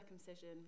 circumcision